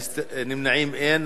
נמנעים, אין.